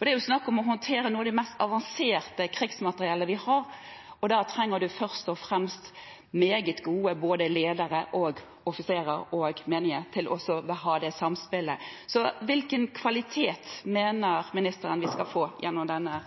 Det er snakk om å håndtere noe av det mest avanserte krigsmateriellet vi har. Da trenger man først og fremst meget gode både ledere, offiserer og menige for å ha det samspillet. Hvilken kvalitet mener ministeren vi skal få gjennom denne